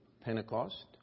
Pentecost